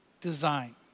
design